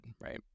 right